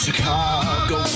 Chicago